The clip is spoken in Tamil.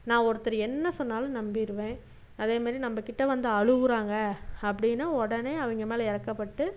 நான் ஒருத்தர் என்ன சொன்னாலும் நம்பிடுவேன் அதேமாரி நம்பக்கிட்ட வந்து அழுகுறாங்க அப்படின்னா உடனே அவங்க மேல் இரக்கப்பட்டு